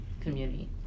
community